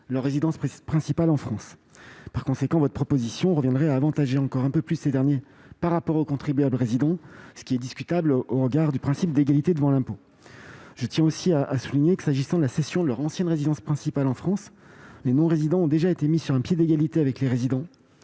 leur résidence principale en France. Par conséquent, votre proposition reviendrait à avantager encore un peu plus ces derniers par rapport aux contribuables résidents, ce qui est discutable au regard du principe d'égalité devant l'impôt. Je tiens aussi à souligner que, s'agissant de la cession de leur ancienne résidence principale en France, les non-résidents ont déjà été mis sur un pied d'égalité avec les résidents